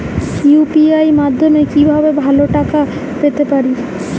UPI মাধ্যমে কি ভাবে টাকা পেতে পারেন?